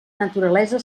naturalesa